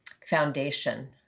foundation